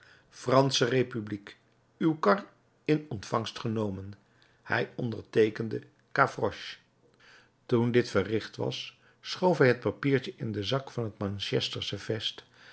fransche republiek uw kar in ontvangst genomen hij onderteekende gavroche toen dit verricht was schoof hij het papiertje in den zak van het manchestersche vest